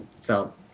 felt